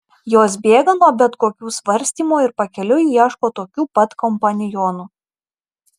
jos bėga nuo bet kokių svarstymų ir pakeliui ieško tokių pat kompanionų